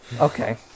Okay